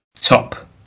top